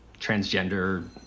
transgender